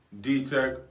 D-Tech